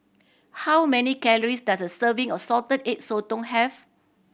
how many calories does a serving of Salted Egg Sotong have